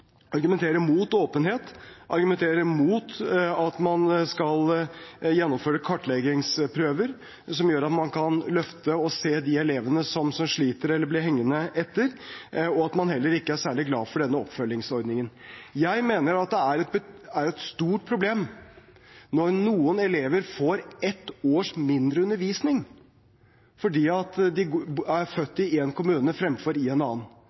mot åpenhet, mot at man skal gjennomføre kartleggingsprøver som gjør at man kan løfte og se de elevene som sliter eller blir hengende etter, og at man heller ikke er særlig glad for oppfølgingsordningen. Jeg mener det er et stort problem når noen elever får ett års mindre undervisning fordi de er født i én kommune og ikke i en annen.